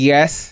Yes